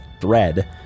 thread